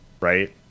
Right